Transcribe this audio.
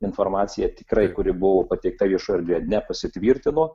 informacija tikrai kuri buvo pateikta viešojoj erdvėj nepasitvirtino